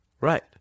Right